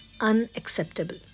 unacceptable